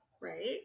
Right